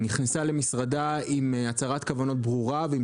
היא נכנסה למשרדה עם הצהרת כוונות ברורה ועם